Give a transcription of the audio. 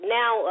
now